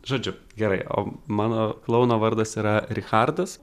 žodžiu gerai o mano klouno vardas yra richardas